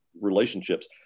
relationships